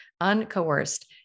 uncoerced